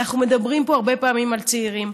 אנחנו מדברים פה הרבה פעמים על צעירים,